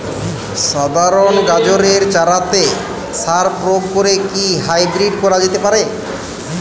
সাধারণ গাজরের চারাতে সার প্রয়োগ করে কি হাইব্রীড করা যেতে পারে?